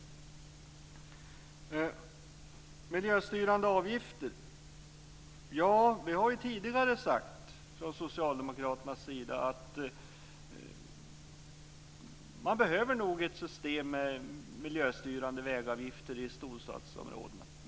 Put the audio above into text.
När det gäller miljöstyrande avgifter har vi från Socialdemokraternas sida tidigare sagt att man nog behöver ett system med miljöstyrande vägavgifter i storstadsområdena.